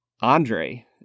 Andre